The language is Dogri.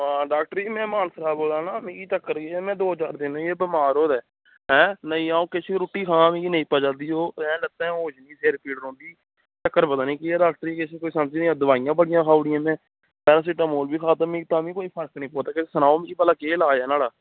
हां डाॅक्टर जी में मानसर रौहन्ना मिगी चक्कर एह् ऐ कि में दो चार दिन होई गे बमार होए दे है नी आंऊ किश रुट्टी खां मिगी नेईं पचा दी ओह् लत्तें होश नेईं सिर पीड़ रौंहदी चक्कर पता नेईं केह् ऐ डाॅक्टर जी किश कोई समझ नेईं आंदी दवाइयां बड़िया खाई ओड़ियां में पैरासिटामोल बी खाई ओड़ी में कोई फर्क नेईं पौंदा ओहदे कन्नै सनाऊ मिगी भला केह् इलाज ऐ न्हाड़ा